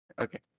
Okay